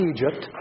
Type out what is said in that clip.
Egypt